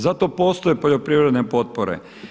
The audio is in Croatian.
Zato postoje poljoprivredne potpore.